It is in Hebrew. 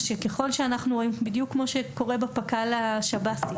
בדיוק כמו שקורא בפק"ל שב"ס,